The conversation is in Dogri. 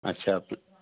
अच्छा